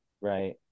Right